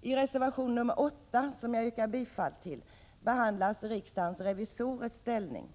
I reservation 8, som jag yrkar bifall till, behandlas riksdagens revisorers ställning.